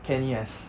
kenny S